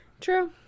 True